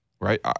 Right